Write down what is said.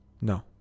No